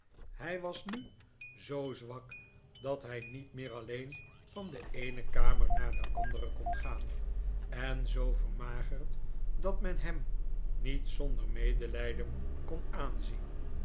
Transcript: hij was nu zoo zwak dat hij niet meer alleen van de eene kamer naar de andere kon gaan en zoo vermagerd dat men hem niet zonder medelijden kon aanzien